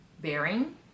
bearing